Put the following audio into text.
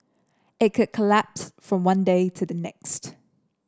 it could collapse from one day to the next